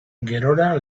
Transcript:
gerora